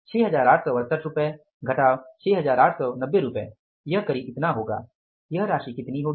6868 रुपए घटाव 6890 रुपए करीब इतना होगा यह राशि कितनी होगी